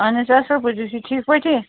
اَہن حظ اصٕل پٲٹھۍ تُہۍ چھُو ٹھیٖک پٲٹھی